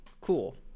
cool